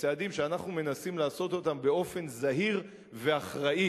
צעדים שאנחנו מנסים לעשות אותם באופן זהיר ואחראי.